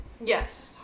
Yes